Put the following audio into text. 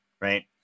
right